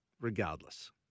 Regardless